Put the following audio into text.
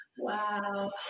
Wow